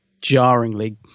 jarringly